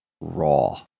raw